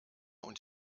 und